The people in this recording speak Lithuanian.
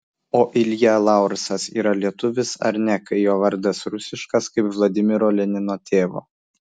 o ilja laursas yra lietuvis ar ne kai jo vardas rusiškas kaip vladimiro lenino tėvo